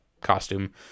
costume